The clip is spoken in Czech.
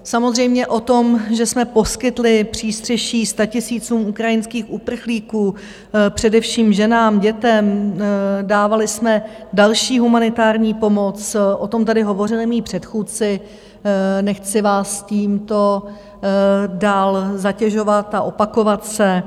Samozřejmě o tom, že jsme poskytli přístřeší statisícům ukrajinských uprchlíků, především ženám, dětem, dávali jsme další humanitární pomoc, o tom tady hovořili moji předchůdci, nechci vás tímto dál zatěžovat a opakovat se.